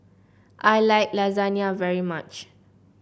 I like Lasagna very much